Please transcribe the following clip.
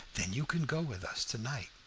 then you can go with us to-night.